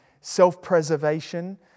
self-preservation